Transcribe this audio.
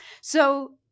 So-